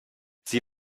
sie